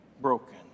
broken